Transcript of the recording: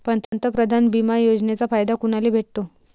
पंतप्रधान बिमा योजनेचा फायदा कुनाले भेटतो?